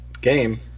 game